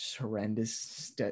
horrendous